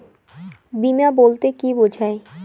বিমা বলতে কি বোঝায়?